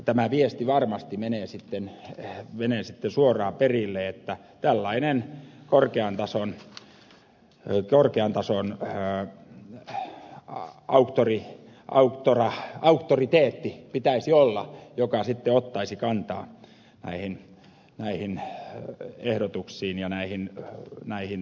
tämä viesti varmasti menee suoraan perille että tällainen korkean tason ääni ja oma konttori nautorlähtö auktoriteetti pitäisi olla joka sitten ottaisi kantaa näihin ehdotuksiin ja yhteensovittamisongelmiin